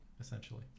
essentially